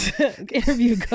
interview